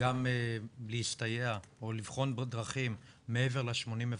גם להסתייע או לבחון דרכים מעבר ל-80 מפקחים,